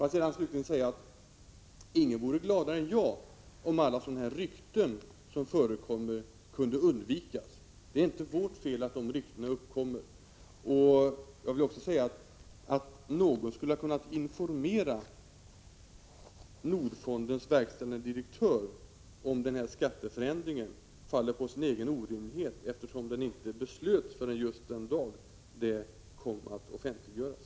Får jag slutligen säga att ingen vore gladare än jag om alla de rykten som förekommer i sådana här sammanhang kunde undvikas. Det är inte vårt fel att ryktena uppkommer. Påståendet att någon i förväg skulle ha kunnat informera Nordfondens verkställande direktör om skatteförändringen faller på sin egen orimlighet, eftersom skatteförändringen inte beslöts förrän samma dag den offentliggjordes.